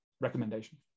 recommendation